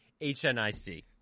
HNIC